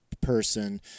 person